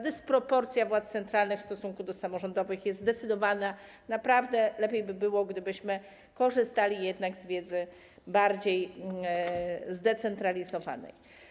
Dysproporcja władz centralnych w stosunku do samorządowych jest zdecydowania, naprawdę lepiej by było, gdybyśmy korzystali jednak z wiedzy bardziej zdecentralizowanej.